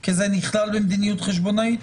כי זה נכלל במדיניות חשבונאית?